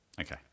Okay